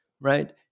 Right